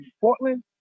Portland